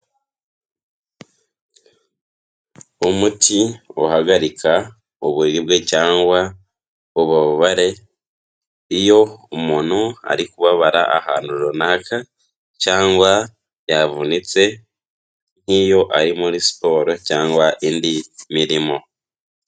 umuti uhagarika uburibwe cyangwa ububabare iyo umuntu ari kubabara ari muri siporo cyangwa indi mirimo.